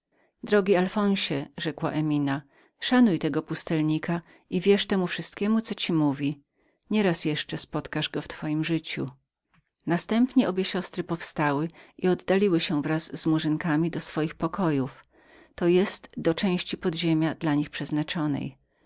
drogi alfonsie rzekła emina szanuj tego pustelnika i wierz temu wszystkiemu co ci powiedział nie raz jeszcze spotkasz go w twojem życiu następnie obie siostry powstały i oddaliły się wraz z murzynkami do swoich pokojów to jest do strony podziemia dla nich przeznaczonej